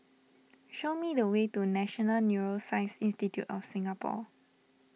show me the way to National Neuroscience Institute of Singapore